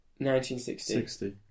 1960